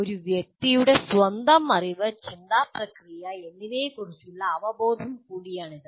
ഒരു വ്യക്തിയുടെ സ്വന്തം അറിവ് ചിന്താ പ്രക്രിയ എന്നിവയെക്കുറിച്ചുള്ള അവബോധം കൂടിയാണിത്